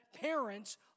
parents